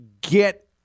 get